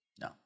No